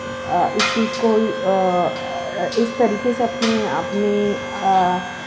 اس چیز کو اس طریقے سے اپنے اپنے